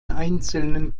einzelnen